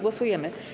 Głosujemy.